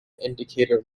indicator